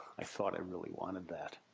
i thought i really wanted that.